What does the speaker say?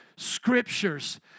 Scriptures